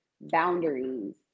Boundaries